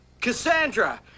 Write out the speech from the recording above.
Cassandra